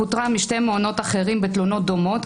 פוטרה משני מעונות אחרים בתלונות דומות,